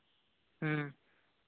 ᱦᱮᱸ